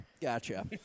Gotcha